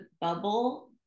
bubble